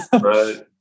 right